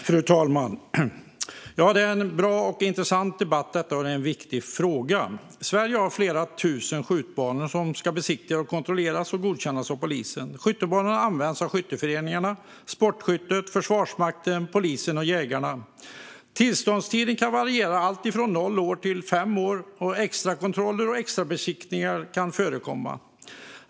Fru talman! Detta är en bra och intressant debatt om en viktig fråga. Sverige har flera tusen skjutbanor som ska besiktigas, kontrolleras och godkännas av polisen. Skjutbanorna används av skytteföreningarna, sportskyttet, Försvarsmakten, polisen och jägarna. Tillståndstiden kan variera alltifrån noll år till fem år, och extrakontroller och extrabesiktningar kan förekomma.